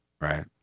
right